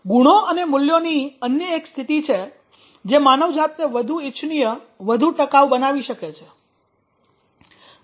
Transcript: ગુણો અને મૂલ્યોની અન્ય એક સ્થિતિ છે જે માનવજાતને વધુ ઇચ્છનીય વધુ ટકાઉ બનાવી શકે છે